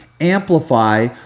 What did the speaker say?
amplify